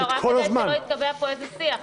רק כדי שלא יתקבע פה איזה שיח,